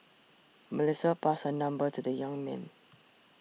Melissa passed her number to the young man